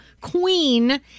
Queen